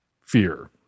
fear